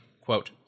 quote